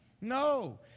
No